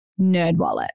Nerdwallet